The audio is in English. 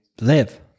live